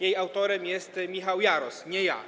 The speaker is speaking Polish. Jej autorem jest Michał Jaros, nie ja.